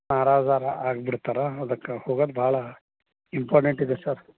ಆಗಿ ಬಿಡ್ತರಾ ಅದಕ್ಕೆ ಹೋಗೋದು ಭಾಳ ಇಂಪಾರ್ಟೆಂಟ್ ಇದೆ ಸರ್